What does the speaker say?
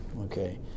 okay